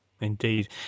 Indeed